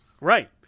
Right